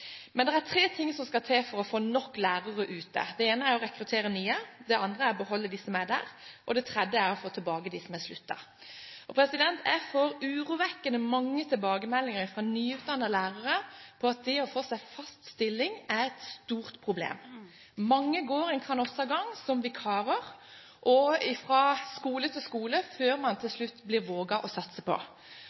er tre ting som skal til for å få nok lærere ute: Det ene er å rekruttere nye, det andre er beholde dem som er der, og det tredje er å få tilbake dem som har sluttet. Jeg får urovekkende mange tilbakemeldinger fra nyutdannede lærere om at det å få fast stilling er et stort problem. Mange går en kanossagang som vikarer, fra skole til skole, før man til slutt blir våget å satse på.